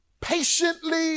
patiently